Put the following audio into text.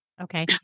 Okay